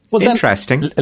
interesting